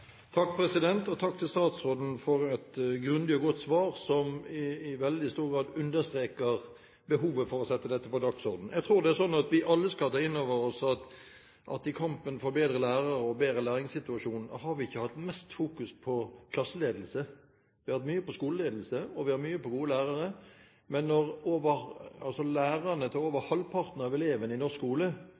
Takk til statsråden for et grundig og godt svar, som i veldig stor grad understreker behovet for å sette dette på dagsordenen. Jeg tror at vi alle sammen skal ta inn over oss at vi i kampen for bedre lærere og bedre læringssituasjon ikke har fokusert mest på klasseledelse. Vi har fokusert mye på skoleledelse og på gode lærere, men når lærerne til over halvparten av elevene i norsk skole